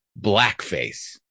blackface